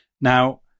Now